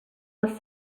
les